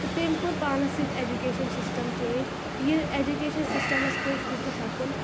تہٕ تٔمۍ کوٚر پانَس سۭتۍ ایجوٗکیشَن سِسٹَم چینج یہِ ایجوٗکیشَن سِسٹَمَس پٮ۪و سُہ تہِ ہٮ۪کُن